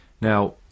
Now